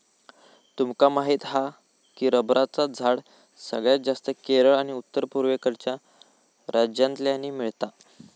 तुमका माहीत हा की रबरचा झाड सगळ्यात जास्तं केरळ आणि उत्तर पुर्वेकडच्या राज्यांतल्यानी मिळता